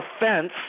offense